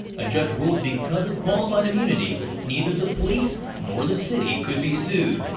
ah judge ruled because of qualified immunity neither the police nor the city could be sued.